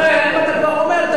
זה לא נכון.